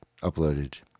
uploaded